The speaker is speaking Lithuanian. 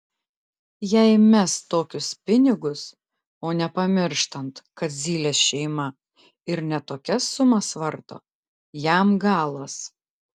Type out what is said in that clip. jei mes tokius pinigus o nepamirštant kad zylės šeima ir ne tokias sumas varto jam galas